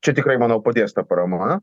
čia tikrai manau padės ta parama